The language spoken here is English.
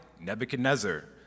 Nebuchadnezzar